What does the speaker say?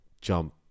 jump